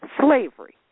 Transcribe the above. slavery